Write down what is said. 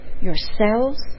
yourselves